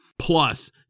Plus